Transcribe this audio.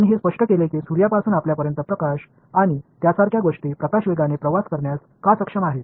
आणि हे स्पष्ट केले की सूर्यापासून आपल्यापर्यंत प्रकाश आणि त्यासारख्या गोष्टी प्रकाश वेगाने प्रवास करण्यास का सक्षम आहे